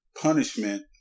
punishment